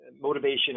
motivation